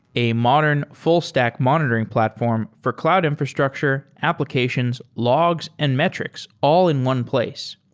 a modern, full-stack monitoring platform for cloud infrastructure, applications, logs and metrics all in one place.